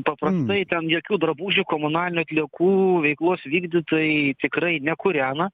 paprastai ten jokių drabužių komunalinių atliekų veiklos vykdytojai tikrai nekūrena